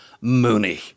Mooney